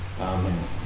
Amen